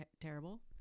terrible